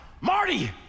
marty